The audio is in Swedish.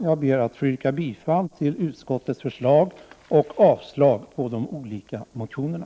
Jag ber att få yrka bifall till utskottets förslag och avslag på reservationerna.